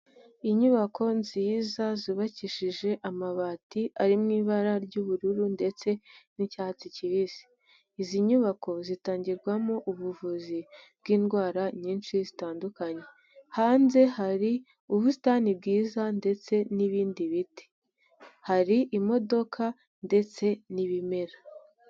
Inyubako nziza zubakishije amabati ari mu ibara ry'ubururu ndetse n'icyatsi kibisi, izi nyubako zitangirwamo ubuvuzi bw'indwara nyinshi zitandukanye, hanze hari ubusitani bwiza ndetse n'ibindi biti, hari imodoka ndetse n'ibimera.